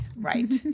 Right